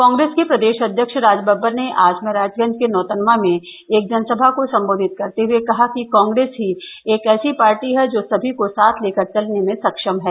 कॉग्रेस के प्रदेष अध्यक्ष राजबब्बर ने आज महराजगंज के नौतवनां में एक जनसभा को सम्बोधित करते हये कहा कि कॉग्रेस ही एक ऐसी पार्टी है जो सभी को साथ लेकर चलने में सक्षम है